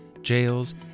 jails